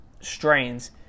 strains